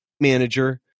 manager